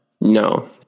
No